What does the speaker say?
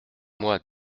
moi